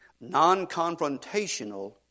non-confrontational